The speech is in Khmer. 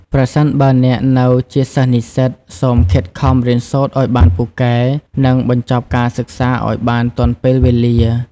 ប្រសិនបើអ្នកនៅជាសិស្សនិស្សិត សូមខិតខំ រៀនសូត្រឲ្យបានពូកែ និង បញ្ចប់ការសិក្សាឲ្យបានទាន់ពេលវេលា។